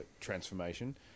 transformation